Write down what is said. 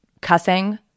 cussing